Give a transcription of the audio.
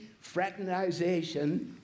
fraternization